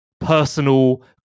personal